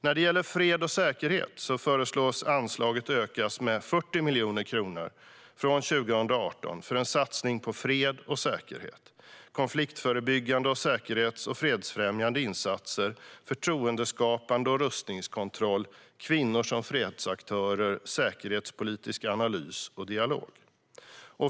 När det gäller fred och säkerhet föreslås att anslaget ökar med 40 miljoner kronor från 2018 för en satsning på fred och säkerhet, konfliktförebyggande, säkerhets och fredsfrämjande insatser, förtroendeskapande och rustningskontroll, kvinnor som fredsaktörer samt säkerhetsanalys och dialog.